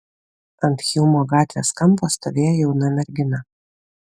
ant hjumo gatvės kampo stovėjo jauna mergina